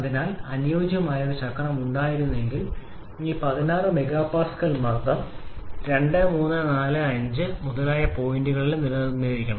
അതിനാൽ അനുയോജ്യമായ ഒരു ചക്രം ഉണ്ടായിരുന്നെങ്കിൽ ഈ 16 Mpa മർദ്ദം 2 3 4 5 മുതലായ പോയിന്റുകളിൽ നിലനിന്നിരിക്കണം